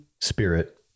spirit